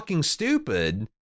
stupid